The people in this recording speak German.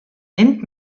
nimmt